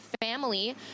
family